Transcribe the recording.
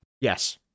Yes